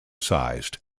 sized